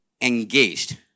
engaged